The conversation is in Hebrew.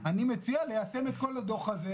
המצב הזה יוצר סיר לחץ,